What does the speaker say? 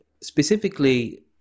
specifically